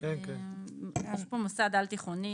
ל' בסיון התשפ"ב,